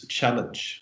Challenge